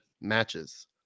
matches